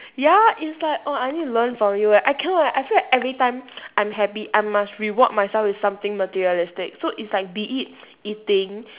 ya it's like oh I need to learn from you eh I cannot leh I feel like every time I'm happy I must reward myself with something materialistic so it's like be it eating